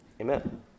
Amen